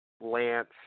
Lance